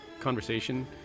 conversation